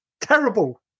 terrible